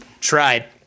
tried